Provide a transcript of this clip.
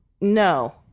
no